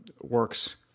works